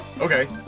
okay